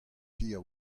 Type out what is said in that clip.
piv